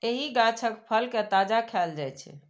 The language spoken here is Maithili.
एहि गाछक फल कें ताजा खाएल जाइ छै